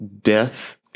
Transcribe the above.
death